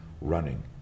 running